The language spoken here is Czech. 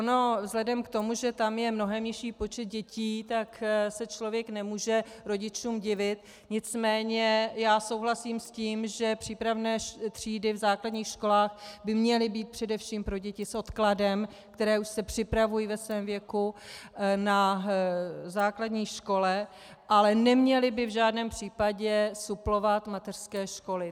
Ono vzhledem k tomu, že tam je mnohem nižší počet dětí, tak se člověk nemůže rodičům divit, nicméně já souhlasím s tím, že přípravné třídy v základních školách by měly být především pro děti s odkladem, které už se připravují ve svém věku na základní škole, ale neměly by v žádném případě suplovat mateřské školy.